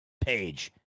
page